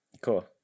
Cool